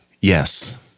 Yes